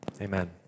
amen